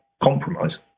compromise